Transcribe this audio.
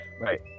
Right